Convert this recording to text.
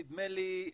נדמה לי,